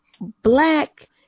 black